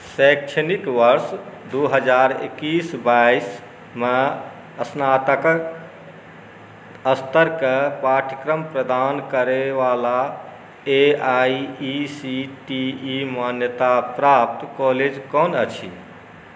शैक्षणिक वर्ष दू हजार एक्कीस बाइस मे स्नातक स्तरके पाठ्यक्रम प्रदान करैवला A I C T E मान्यताप्राप्त कॉलेज कोन अछि